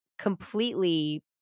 completely